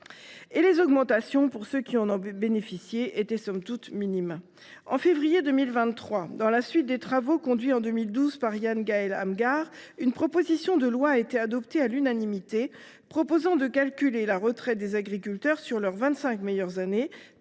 les augmentations, pour ceux qui en ont bénéficié, étaient, somme toute, minimes. En février 2023, à la suite des travaux conduits en 2012 par Yann Gaël Amghar, une proposition de loi prévoyant de calculer la retraite des agriculteurs sur leurs vingt cinq meilleures années,